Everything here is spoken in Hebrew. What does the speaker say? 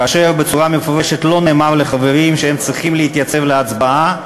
ובצורה מפורשת לא נאמר לחברים שהם צריכים להתייצב להצבעה,